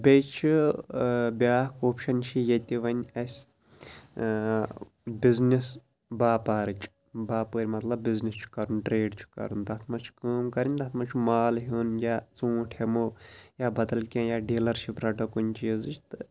بیٚیہِ چھُ بیٛاکھ اوپشَن چھِ ییٚتہِ وۄنۍ اَسہِ بِزنِس باپارٕچ باپٲرۍ مطلب بِزنِس چھُ کَرُن ٹرٛیڈ چھُ کَرُن تَتھ منٛز چھِ کٲم کَرٕنۍ تَتھ منٛز چھُ مال ہیوٚن یا ژوٗنٹۍ ہٮ۪مو یا بدل کیٚنہہ یا ڈیٖلَرشِپ رَٹو کُنہِ چیٖزٕچ تہٕ